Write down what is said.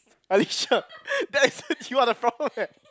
Alicia that is you are the problem leh